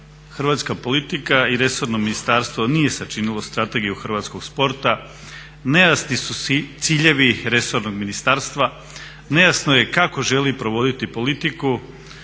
hrvatska politika i resorno ministarstvo nije sačinilo strategiju hrvatskog sporta nejasni su ciljevi resornog ministarstva, nejasno je kako želi provoditi politiku,